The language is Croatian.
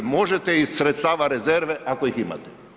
Možete iz sredstava rezerve ako ih imate.